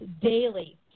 daily